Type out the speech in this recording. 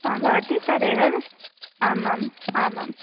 हा भवती तदेव आमाम् आमां